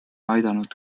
aidanud